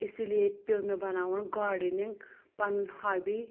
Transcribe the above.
اسی لیے پیوٚو مےٚ بَناوُن گاڈنِنٛگ پَنُن ہابی